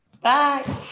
Bye